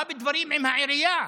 בא בדברים עם העירייה